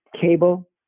cable